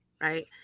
right